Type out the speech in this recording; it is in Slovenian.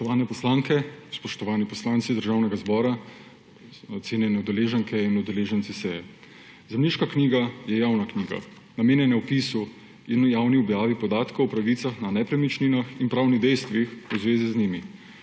Spoštovane poslanke, spoštovani poslanci Državnega zbora, cenjene udeleženke in udeleženci seje! Zemljiška knjiga je javna knjiga. Namenjena je opisu in javni objavi podatkov o pravicah na nepremičninah in pravnih dejstvih v zvezi z njimi.